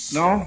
no